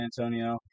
Antonio